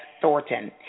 Thornton